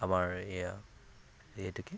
আমাৰ এইয়া এইটো কি